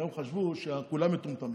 הם חשבו שכולם מטומטמים.